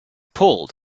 pulled